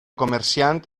comerciant